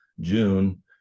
june